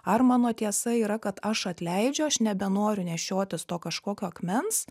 ar mano tiesa yra kad aš atleidžiu aš nebenoriu nešiotis to kažkokio akmens